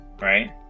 Right